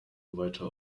weiter